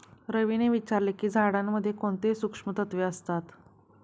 रवीने विचारले की झाडांमध्ये कोणती सूक्ष्म तत्वे असतात?